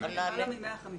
למעלה מ-150,000.